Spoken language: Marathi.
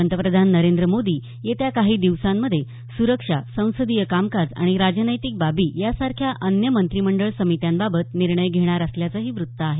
पंतप्रधान नरेंद्र मोदी येत्या काही दिवसांमध्ये सुरक्षा संसदीय कामकाज आणि राजनैतिक बाबी या सारख्या अन्य मंत्रिमंडळ समित्यांबाबत निर्णय घेणार असल्याचंही व्रत्त आहे